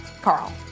Carl